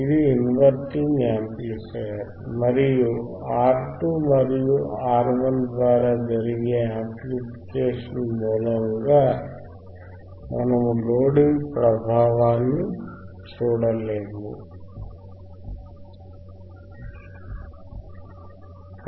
ఇది inverting amplifier మరియు R2 మరియు R1 ద్వారా జరిగే యాంప్లిఫికేషన్ మూలముగా మనము లోడింగ్ ప్రభావాన్ని చూడలేము